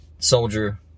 Soldier